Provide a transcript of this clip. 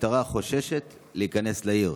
והמשטרה חוששת להיכנס לעיר.